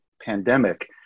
pandemic